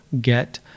get